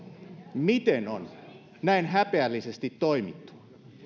miten on näin häpeällisesti toimittu